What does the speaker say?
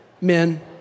Men